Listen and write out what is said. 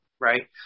right